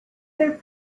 their